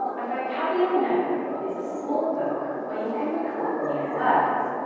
a vocabulary notebook is a small book where you can record new words.